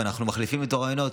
ואנחנו מחליפים איתו רעיונות.